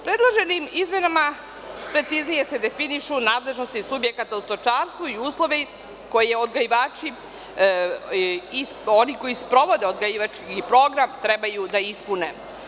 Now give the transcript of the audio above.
Predloženim izmenama preciznije se definišu nadležnosti subjekata u stočarstvu i uslovi koje odgajivači, oni koji sprovode odgajivački program treba i da ispune.